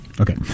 Okay